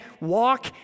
walk